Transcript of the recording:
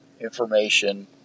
information